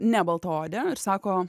ne baltaodė ir sako